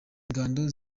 ngando